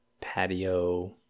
patio